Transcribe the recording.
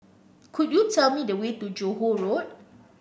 could you tell me the way to Johore Road